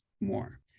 more